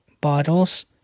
bottles